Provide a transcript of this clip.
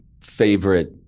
favorite